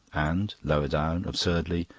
and lower down, absurdly,